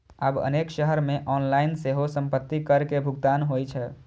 आब अनेक शहर मे ऑनलाइन सेहो संपत्ति कर के भुगतान होइ छै